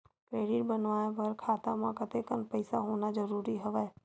Credit बनवाय बर खाता म कतेकन पईसा होना जरूरी हवय?